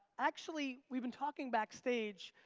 actually, we've been talking backstage,